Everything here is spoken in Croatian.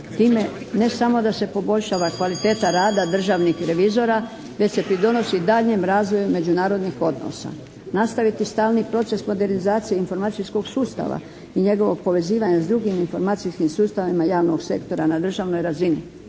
time ne samo da se poboljšava kvaliteta rada državnih revizora već se pridonosi daljnjem razvoju međunarodnih odnosa. Nastaviti stalni proces modernizacije informacijskog sustava i njegovog povezivanja s drugim informacijskim sustavima javnog sektora na državnoj razini.